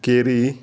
केरी